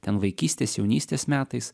ten vaikystės jaunystės metais